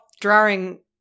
drawing